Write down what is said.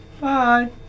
Bye